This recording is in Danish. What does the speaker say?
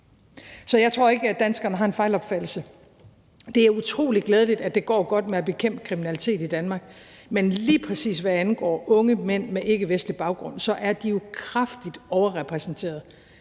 Så jeg tror ikke, at danskerne har en fejlopfattelse. Det er utrolig glædeligt, at det går godt med at bekæmpe kriminalitet i Danmark, men lige præcis hvad angår unge mænd med ikkevestlig baggrund, er de jo kraftigt overrepræsenteret,